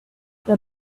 the